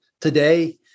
today